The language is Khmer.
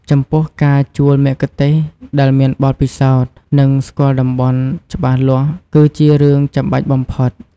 ចំពោះការជួលមគ្គុទ្ទេសក៍ដែលមានបទពិសោធន៍ និងស្គាល់តំបន់ច្បាស់លាស់គឺជារឿងចាំបាច់បំផុត។